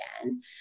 again